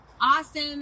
Awesome